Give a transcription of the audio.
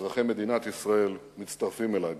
ואזרחי מדינת ישראל, אם לא כולם, מצטרפים אלי בכך.